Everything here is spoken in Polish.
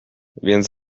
więc